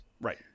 Right